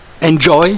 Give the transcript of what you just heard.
enjoy